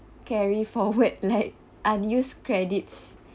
carry forward like unused credits